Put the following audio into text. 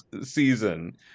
season